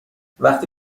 وقتی